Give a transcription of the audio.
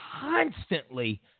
constantly